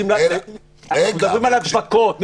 אנחנו מדברים על הדבקות.